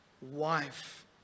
wife